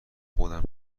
خودم